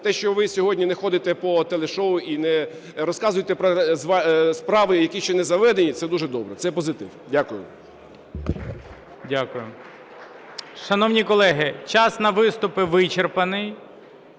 те, що ви сьогодні не ходите по телешоу і не розказуєте про справи, які ще не заведені, – це дуже добре, це позитив. Дякую. 11:21:03 ГОЛОВУЮЧИЙ. Дякую. Шановні колеги, час на виступи вичерпаний,